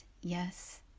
yes